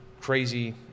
crazy